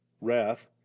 wrath